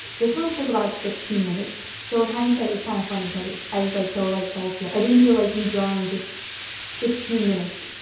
this one took about sixteen minutes, so in hindsight, it's kind of funny because i was like so like salty i didn't feel like redrawing just sixteen minutes,